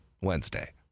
Wednesday